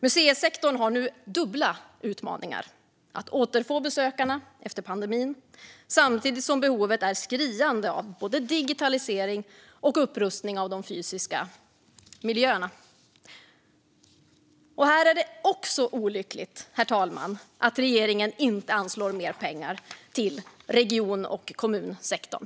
Museisektorn har nu dubbla utmaningar - att återfå besökarna efter pandemin, samtidigt som behovet är skriande av både digitalisering och upprustning av de fysiska miljöerna. Här är det också olyckligt, herr talman, att regeringen inte anslår mer pengar till region och kommunsektorn.